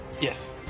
Yes